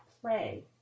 play